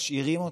משאירים אותה,